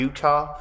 Utah